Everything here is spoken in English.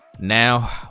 Now